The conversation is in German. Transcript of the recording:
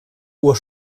uhr